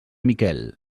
miquel